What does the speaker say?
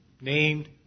named